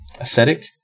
aesthetic